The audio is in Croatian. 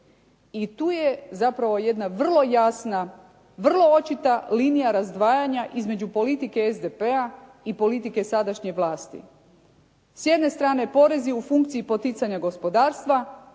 I tu je zapravo jedna vrlo jasna, vrlo očita linija razdvajanja između politike SDP-a i politike sadašnje vlasti. S jedne strane porezi u funkciji poticanja gospodarstva,